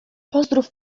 pozdrów